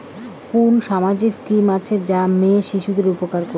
কুন সামাজিক স্কিম আছে যা মেয়ে শিশুদের উপকার করিবে?